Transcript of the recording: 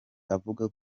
avuga